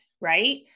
right